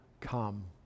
come